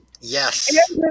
Yes